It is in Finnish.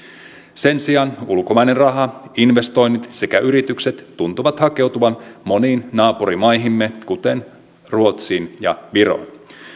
sen sijaan ulkomainen raha investoinnit sekä yritykset tuntuvat hakeutuvan moniin naapurimaihimme kuten ruotsiin ja viroon